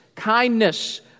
kindness